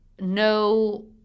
no